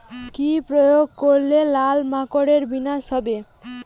কি প্রয়োগ করলে লাল মাকড়ের বিনাশ হবে?